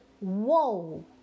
whoa